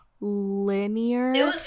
linear